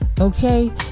Okay